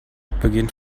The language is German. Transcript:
beginnt